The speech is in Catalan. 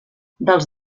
dels